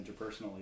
interpersonally